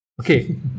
okay